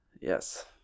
Yes